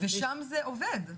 ושם זה עובד.